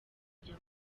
kujya